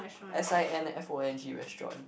S I N F O N G restaurant